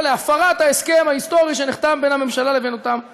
להפרת ההסכם ההיסטורי שנחתם בין הממשלה לבין אותם נציגים.